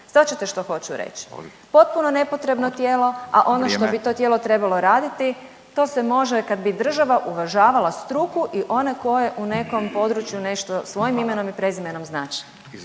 Shvaćate što hoću reći? Potpuno nepotrebno tijelo, a ono što bi .../Upadica: Vrijeme./... to tijelo trebalo raditi, to se može kad bi država uvažavala struku i one koji u nekom području nešto svojim imenom .../Upadica: